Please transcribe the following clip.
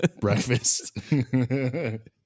breakfast